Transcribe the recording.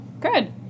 Good